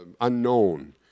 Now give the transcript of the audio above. unknown